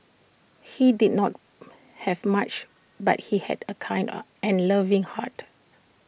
he did not have much but he had A kind up and loving heart